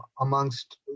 amongst